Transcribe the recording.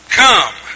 come